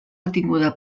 retinguda